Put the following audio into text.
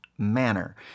Manner